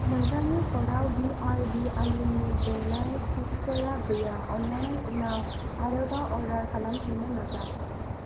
नोंथांनि कार्टआव बि आर बि आलुनि बेरनाय चिप्सफोरा गैया अन्नानै उनाव आरोबाव अर्डार खालामफिन्नो नाजा